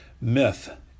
Myth